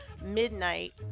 midnight